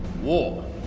War